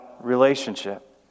relationship